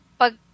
pag